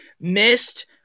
Missed